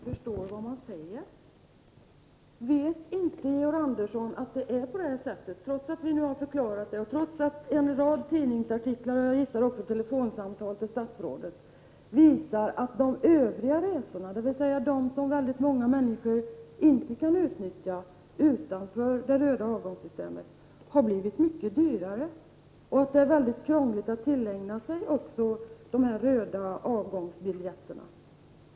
Fru talman! Det verkar som om Georg Andersson inte förstår vad man säger. Vet inte Georg Andersson att det är på det här sättet, trots att vi nu har förklarat det och trots att en rad tidningsartiklar — och telefonsamtal till statsrådet, gissar jag — visar att de övriga resorna utanför systemet med röda avgångar, som många människor inte kan utnyttja, har blivit mycket dyrare och att det är mycket krångligt att tillägna sig biljetterna till röda avgångar.